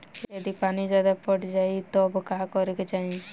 यदि पानी ज्यादा पट जायी तब का करे के चाही?